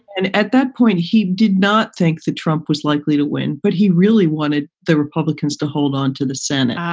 and at that point, he did not think that trump was likely to win, but he really wanted the republicans to hold on to the senate.